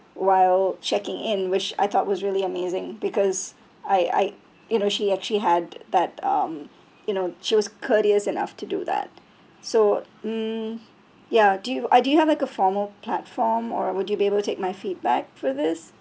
while checking in which I thought was really amazing because I I you know she actually had that um you know she was courteous enough to do that so um ya do you uh do you have like a formal platform or would you be able take my feedback for this